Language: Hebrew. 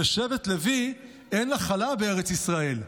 לשבט לוי אין נחלה בארץ ישראל,